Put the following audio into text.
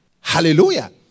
Hallelujah